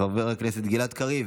חבר הכנסת גלעד קריב,